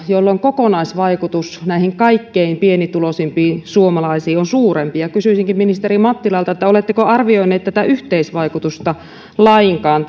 jolloin kokonaisvaikutus näihin kaikkein pienituloisimpiin suomalaisiin on suurempi kysyisinkin ministeri mattilalta oletteko arvioineet tätä yhteisvaikutusta lainkaan